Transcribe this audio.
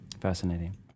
Fascinating